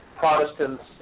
Protestants